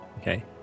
Okay